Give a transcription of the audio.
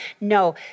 no